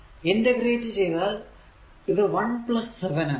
integrate ചെയ്താൽ ഇത് 1 7 ആണ്